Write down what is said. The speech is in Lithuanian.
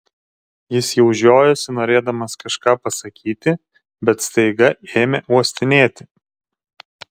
jis jau žiojosi norėdamas kažką pasakyti bet staiga ėmė uostinėti